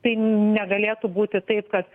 tai negalėtų būti taip kad